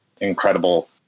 incredible